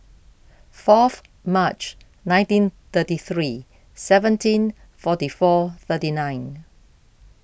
fourth March nineteen thirty three seventeen forty four thirty nine